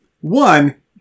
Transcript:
One